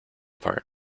part